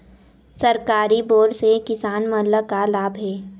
सरकारी बोर से किसान मन ला का लाभ हे?